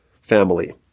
family